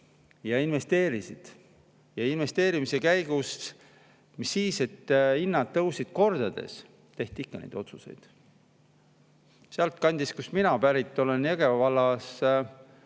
ja investeerisid. Ja investeerimise käigus – mis siis, et hinnad tõusid kordades –, tehti ikka neid otsuseid. Sealtkandist, kust mina pärit olen, Jõgeva vallast